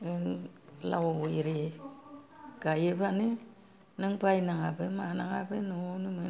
नों लाव एरि गाइयोबानो नों बायनाङाबो मानाङाबो न'आवनो मोनो